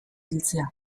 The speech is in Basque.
biltzea